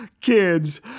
Kids